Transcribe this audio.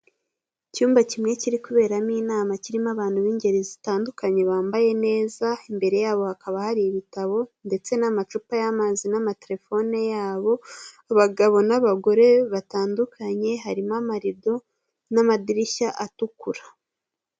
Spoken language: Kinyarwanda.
Icyumba kimwe kiri kuberamo inama kirimo abantu b'ingeri zitandukanye bambaye neza, imbere yabo hakaba hari ibitabo ndetse n'amacupa y'amazi namatelefone yabo, abagabo n'abagore batandukanye harimo amarido n'amadirishya atukura.